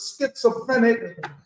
schizophrenic